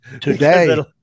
today